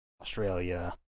Australia